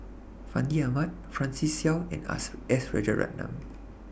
Fandi Ahmad Francis Seow and S Rajaratnam